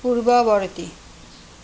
পূৰ্ৱবৰ্তী